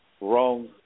wrong